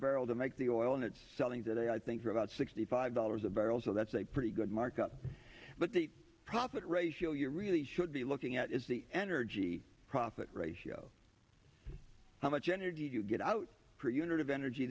barrel to make the oil and it's selling that i think for about sixty five dollars a barrel so that's a pretty good markup but the profit ratio you really should be looking at is the energy profit ratio how much energy you get out per unit of energy